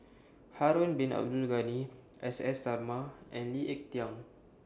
Harun Bin Abdul Ghani S S Sarma and Lee Ek Tieng